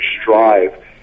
strive